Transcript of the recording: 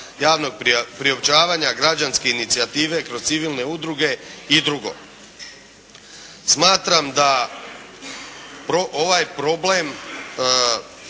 javnog priopćavanja, građanske inicijative kroz civilne udruge i drugo. Smatram da ovaj problem